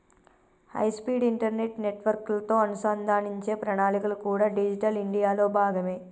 high speed internet నెట్వర్క్లతో అనుసంధానించే ప్రణాళికలు కూడా డిజిటల్ ఇండియాలో భాగమే